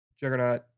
juggernaut